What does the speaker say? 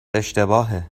اشتباهه